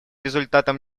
результатом